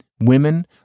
women